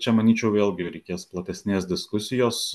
čia manyčiau vėlgi reikės platesnės diskusijos